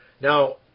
Now